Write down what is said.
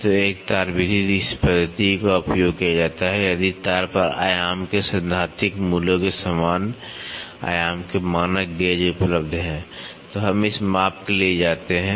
तो एक तार विधि इस पद्धति का उपयोग किया जाता है यदि तार पर आयाम के सैद्धांतिक मूल्य के समान आयाम के मानक गेज उपलब्ध हैं तो हम इस माप के लिए जाते हैं